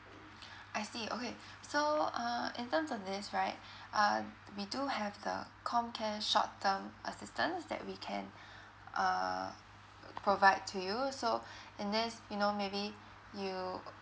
I see okay so uh in terms of this right uh we do have the comcare short term assistance that we can uh provide to you so and this you know maybe you